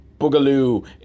Boogaloo